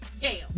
gail